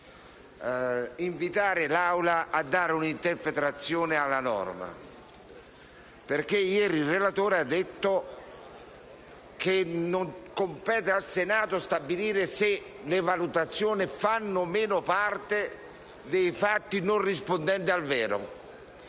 invitare l'Aula a dare un'interpretazione alla norma. Ieri, infatti, il relatore ha detto che non compete al Senato stabilire se le «valutazioni» fanno o meno parte dei fatti non rispondenti al vero.